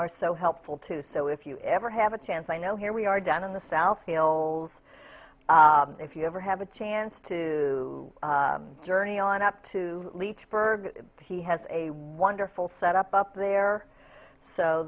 are so helpful to so if you ever have a chance i know here we are down in the south wales if you ever have a chance to journey on up to leech berg he has a wonderful set up up there so